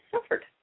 suffered